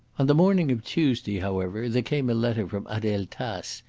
on the morning of tuesday, however, there came a letter from adele tace,